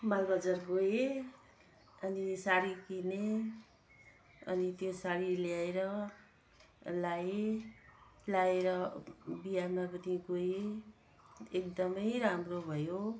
मालबजार गएँ अनि साडी किनेँ अनि त्यो साडी ल्याएर लगाएँ लगाएर बिहामा पनि गएँ एकदमै राम्रो भयो